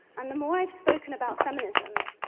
and the more i've spoken about feminism,